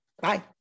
Bye